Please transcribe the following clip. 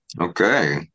Okay